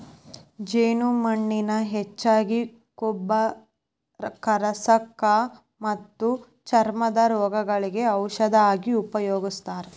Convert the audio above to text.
ಜೇನುಮೇಣಾನ ಹೆಚ್ಚಾಗಿ ಕೊಬ್ಬ ಕರಗಸಾಕ ಮತ್ತ ಚರ್ಮದ ರೋಗಗಳಿಗೆ ಔಷದ ಆಗಿ ಉಪಯೋಗಸ್ತಾರ